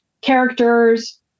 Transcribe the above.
characters